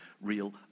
real